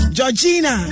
Georgina